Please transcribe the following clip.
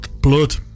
Blood